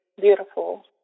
beautiful